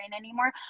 anymore